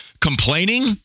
complaining